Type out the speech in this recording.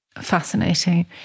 Fascinating